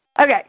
Okay